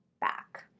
back